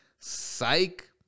Psych